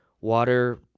water